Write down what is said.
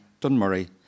Dunmurray